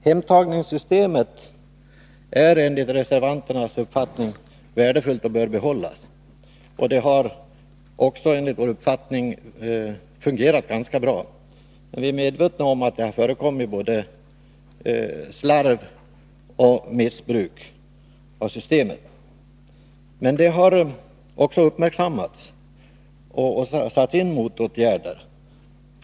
Hemtagningssystemet är enligt reservanternas uppfattning värdefullt och bör behållas, och det har också enligt vår uppfattning fungerat ganska bra. Vi är medvetna om att det har förekommit både slarv med och missbruk av systemet. Men detta har också uppmärksammats, och motåtgärder har satts in.